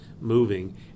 moving